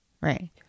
right